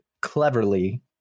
cleverly